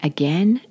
Again